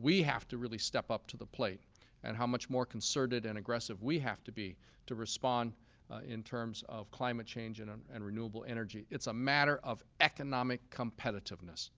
we have to really step up to the plate and how much more concerted and aggressive we have to be to respond in terms of climate change and and renewable energy it's a matter of economic competitiveness.